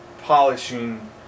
polishing